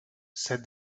said